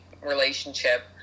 relationship